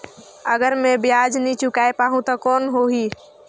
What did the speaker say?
अगर मै ब्याज नी चुकाय पाहुं ता कौन हो ही?